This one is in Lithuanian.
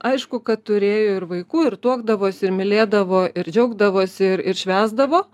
aišku kad turėjo ir vaikų ir tuokdavosi ir mylėdavo ir džiaugdavosi ir ir švęsdavo